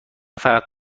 فقط